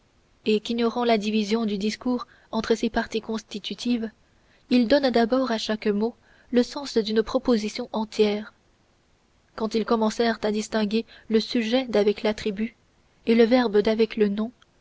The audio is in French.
et qu'ignorant la division du discours en ses parties constitutives ils donnèrent d'abord à chaque mot le sens d'une proposition entière quand ils commencèrent à distinguer le sujet d'avec l'attribut et le verbe d'avec le nom